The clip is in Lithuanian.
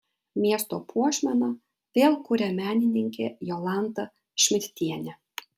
miesto puošmeną vėl kuria menininkė jolanta šmidtienė